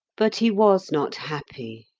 but he was not happy.